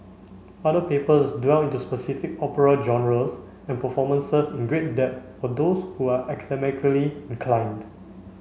other papers dwell into specific opera genres and performances in great depth for those who are academically inclined